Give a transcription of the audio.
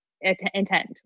intent